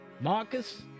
Marcus